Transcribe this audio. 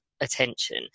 attention